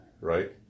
right